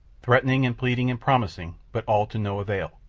threatening and pleading and promising, but all to no avail.